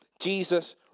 Jesus